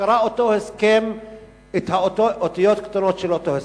שקרא את האותיות הקטנות של אותו הסכם.